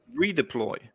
redeploy